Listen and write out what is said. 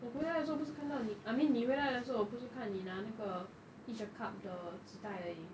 我回来的时候不是看到你 I mean 你回来的时候我不是看到你拿那个 each a cup 的纸袋而已